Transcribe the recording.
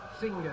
singer